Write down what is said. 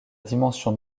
dimension